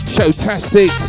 Showtastic